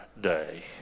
day